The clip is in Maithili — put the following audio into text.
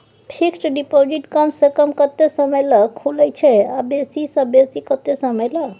फिक्सड डिपॉजिट कम स कम कत्ते समय ल खुले छै आ बेसी स बेसी केत्ते समय ल?